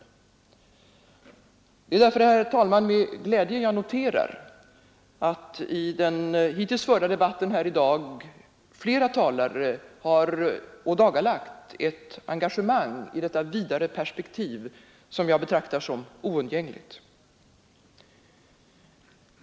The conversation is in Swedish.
Det är därför, herr talman, med glädje jag noterar att i den hittills förda debatten här i dag flera talare har ådagalagt ett engagemang i detta vidare perspektiv som jag betraktar som oundgängligt.